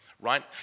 right